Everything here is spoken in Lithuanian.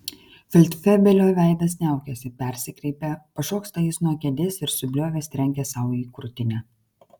feldfebelio veidas niaukiasi persikreipia pašoksta jis nuo kėdės ir subliovęs trenkia sau į krūtinę